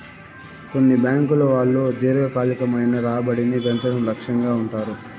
కొన్ని బ్యాంకుల వాళ్ళు దీర్ఘకాలికమైన రాబడిని పెంచడం లక్ష్యంగా ఉంటారు